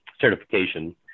certification